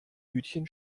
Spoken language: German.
hütchen